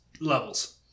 levels